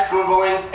Googling